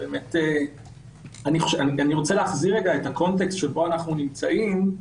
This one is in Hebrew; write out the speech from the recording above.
אני רוצה להחזיר את הקונטקסט שבו אנחנו נמצאים.